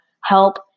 help